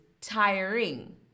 tiring